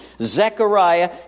Zechariah